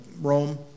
Rome